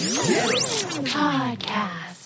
Podcast